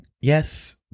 yes